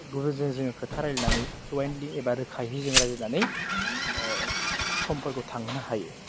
गुबुनजों जोङो खोथा रायलायनानै फ्लुयेन्तलि एबा रोखायै जोङो रायलायनानै समफोरखौ थांहोनो हायो